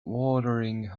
watering